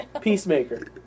Peacemaker